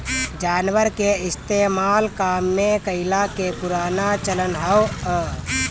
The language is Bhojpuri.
जानवर के इस्तेमाल काम में कइला के पुराना चलन हअ